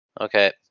Okay